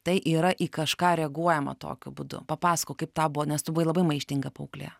tai yra į kažką reaguojama tokiu būdu papasakok kaip tau buvo nes tu buvai labai maištinga paauglė